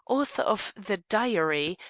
author of the diary,